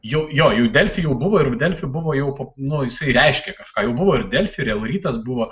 jau jo jau delfi jau buvo ir delfi buvo jau po nu jisai reiškė kažką buvo ir delfi ir el rytas buvo